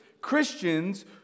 Christians